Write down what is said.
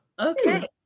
Okay